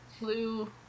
blue